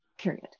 period